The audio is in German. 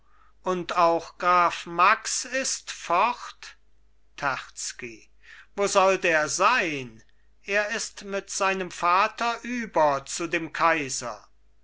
und auch graf max ist fort terzky wo sollt er sein er ist mit seinem vater über zu dem kaiser